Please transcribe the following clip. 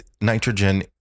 nitrogen